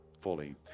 fully